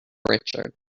richard